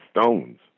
Stones